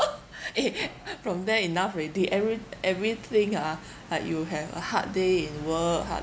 eh from there enough already every~ everything ah like you have a hard day in work hard